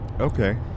Okay